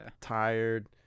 tired